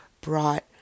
brought